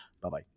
Bye-bye